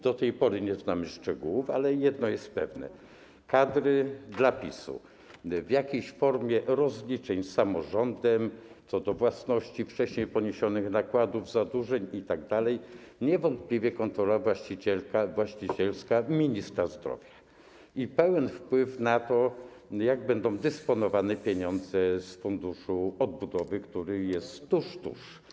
Do tej pory nie znamy szczegółów, ale jedno jest pewne: kadry dla PiS, jakaś forma rozliczeń z samorządem co do własności, wcześniej poniesionych nakładów, zadłużeń itd., niewątpliwie kontrola właścicielska ministra zdrowia i pełen wpływ na to, jak będą dysponowane pieniądze z Funduszu Odbudowy, który jest tuż-tuż.